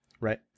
right